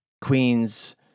Queen's